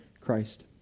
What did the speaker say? Christ